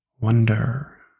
wonder